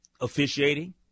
officiating